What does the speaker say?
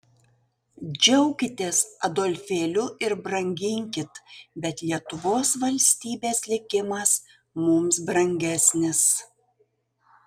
džiaukitės adolfėliu ir branginkit bet lietuvos valstybės likimas mums brangesnis